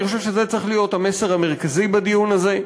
אני חושב שזה צריך להיות המסר המרכזי בדיון הזה.